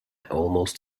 almost